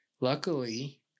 Luckily